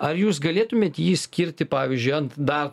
ar jūs galėtumėt jį skirti pavyzdžiui ant dar